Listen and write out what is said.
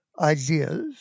ideas